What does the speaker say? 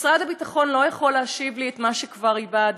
משרד הביטחון לא יכול להשיב לי את מה שכבר איבדתי: